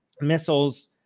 missiles